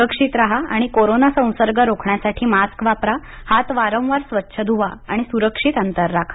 स्रक्षित राहा आणि कोरोंना संसर्ग रोखण्यासाठी मास्क वापरा हात वारंवार स्वच्छ धुवा आणि सुरक्षित अंतर राखा